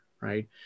right